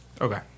Okay